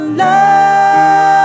love